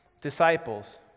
disciples